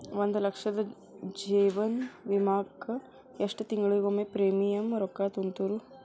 ಒಂದ್ ಲಕ್ಷದ ಜೇವನ ವಿಮಾಕ್ಕ ಎಷ್ಟ ತಿಂಗಳಿಗೊಮ್ಮೆ ಪ್ರೇಮಿಯಂ ರೊಕ್ಕಾ ತುಂತುರು?